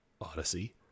Odyssey